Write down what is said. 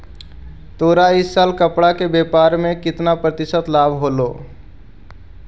तोरा इ साल कपड़ा के व्यापार में केतना प्रतिशत लाभ होलो?